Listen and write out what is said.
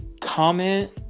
comment